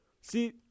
See